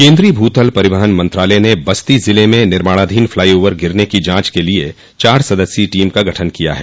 केन्द्रीय भूतल परिवहन मंत्रालय ने बस्ती ज़िले में निर्माणाधीन फ्लाई ओवर गिरने की जांच के लिए चार सदस्यीय टीम का गठन किया है